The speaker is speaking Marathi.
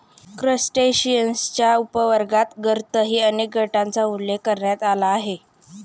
क्रस्टेशियन्सच्या उपवर्गांतर्गतही अनेक गटांचा उल्लेख करण्यात आला आहे